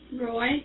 Roy